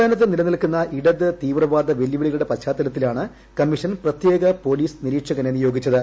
സംസ്ഥാനത്ത് നിലനിൽക്കുന്ന ഇടത് തീവ്രവാദ വെല്ലുവിളികളുടെ പശ്ചാത്തലത്തിലാണ് കമ്മീഷൻ പ്രത്യേക പൊലീസ് നിരീക്ഷകനെ നിയോഗിച്ചത്